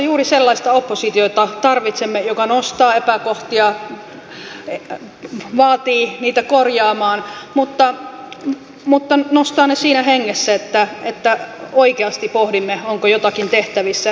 juuri sellaista oppositiota tarvitsemme joka nostaa epäkohtia vaatii niitä korjaamaan mutta nostaa ne siinä hengessä että oikeasti pohdimme onko jotakin tehtävissä